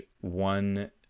one